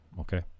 okay